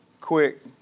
quick